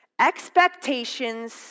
Expectations